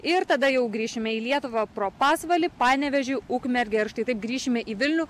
ir tada jau grįšime į lietuvą pro pasvalį panevėžį ukmergę ir štai taip grįšime į vilnių